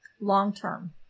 long-term